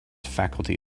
faculty